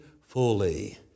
fully